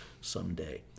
someday